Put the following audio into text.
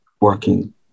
working